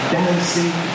dancing